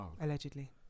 Allegedly